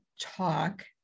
talk